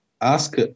ask